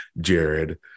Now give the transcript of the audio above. Jared